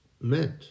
meant